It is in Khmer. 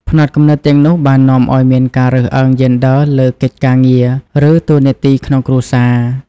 ផ្នត់គំនិតទាំងនោះបាននាំឱ្យមានការរើសអើងយេនឌ័រលើកិច្ចការងារ ឬតួនាទីក្នុងគ្រួសារ។